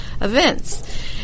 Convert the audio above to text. events